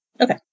Okay